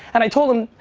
and i told them,